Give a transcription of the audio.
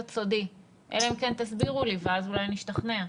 סודי אלא אם כן תסבירו לי ואז אולי נשתכנע.